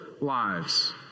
lives